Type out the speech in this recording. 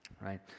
right